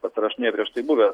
pasirašinėjo prieš tai buvę